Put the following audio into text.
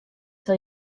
sil